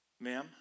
Ma'am